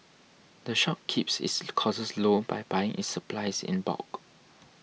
the shop keeps its costs low by buying its supplies in bulk